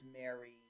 Mary